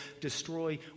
destroy